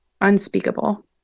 unspeakable